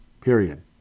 period